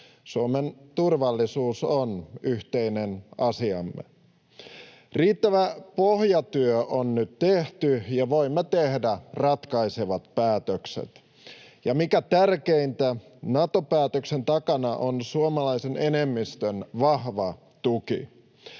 Suomen turvallisuus on yhteinen asiamme. Riittävä pohjatyö on nyt tehty, ja voimme tehdä ratkaisevat päätökset. Ja mikä tärkeintä, Nato-päätöksen takana on suomalaisen enemmistön vahva tuki.